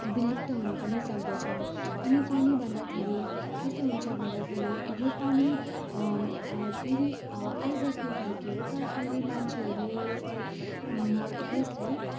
विलुप्त हुन पनि सक्दछ अनि पानी भन्दाखेरि कस्तो हुन्छ भन्दाखेरि यो पानी फेरि आइबस्ने खालके हो तर अहिले मान्छेहरूले यसलाई यसलाई